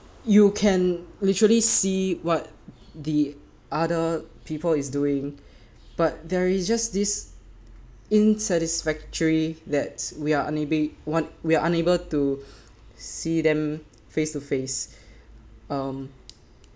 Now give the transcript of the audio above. you can literally see what the other people is doing but there is just this unsatisfactory that we are unabl~ want we are unable to see them face to face um